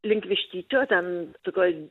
link vištyčio ten tokioj